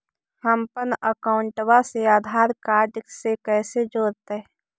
हमपन अकाउँटवा से आधार कार्ड से कइसे जोडैतै?